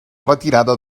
retirada